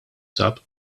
sab